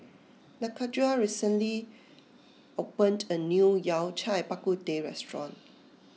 Lakendra recently opened a new Yao Cai Bak Kut Teh restaurant